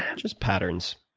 and just patterns?